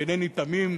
ואינני תמים,